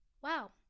wow